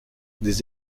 des